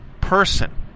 person